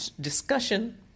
discussion